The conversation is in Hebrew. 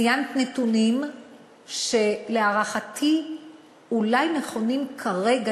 ציינת נתונים שלהערכתי אולי נכונים כרגע,